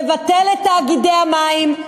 לבטל את תאגידי המים,